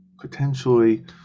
potentially